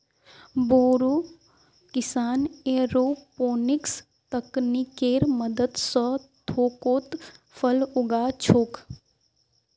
बोरो किसान एयरोपोनिक्स तकनीकेर मदद स थोकोत फल उगा छोक